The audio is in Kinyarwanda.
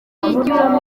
y’igihugu